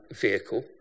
vehicle